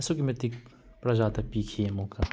ꯑꯁꯨꯛꯀꯤ ꯃꯇꯤꯛ ꯄ꯭ꯔꯖꯥꯗ ꯄꯤꯈꯤ ꯑꯃꯨꯛꯀ